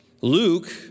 Luke